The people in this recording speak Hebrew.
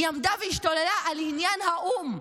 היא עמדה והשתוללה על עניין האו"ם.